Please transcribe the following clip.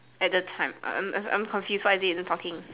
at the time I'm I'm I'm I'm confused what is it even talking